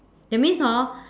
that means hor